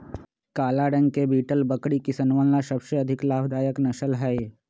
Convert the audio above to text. काला रंग के बीटल बकरी किसनवन ला सबसे अधिक लाभदायक नस्ल हई